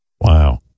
wow